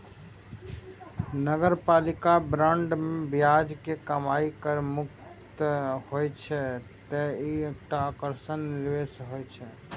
नगरपालिका बांड मे ब्याज के कमाइ कर मुक्त होइ छै, तें ई एकटा आकर्षक निवेश होइ छै